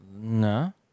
No